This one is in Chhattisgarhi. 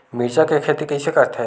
मिरचा के खेती कइसे करथे?